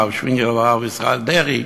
הרב שווינגר והרב ישראל דרעי.